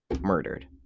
murdered